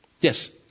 Yes